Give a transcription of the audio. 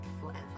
forever